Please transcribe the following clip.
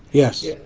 yes, yeah